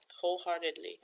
wholeheartedly